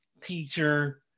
teacher